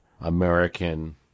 American